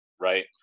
right